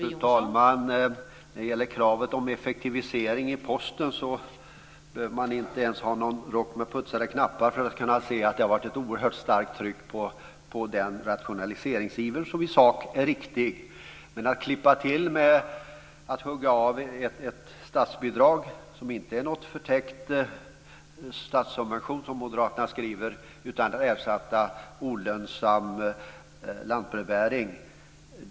Fru talman! När det gäller kravet på effektivisering inom Posten behöver man inte ens ha någon rock med putsade knappar för att kunna se att det har varit ett oerhört starkt tryck på den rationaliseringsiver som i sak är riktig. Men att klippa till med att hugga av ett statsbidrag som inte är någon förtäckt statssubvention, som Moderaterna skriver att det är, utan en ersättning för olönsam lantbrevbäring.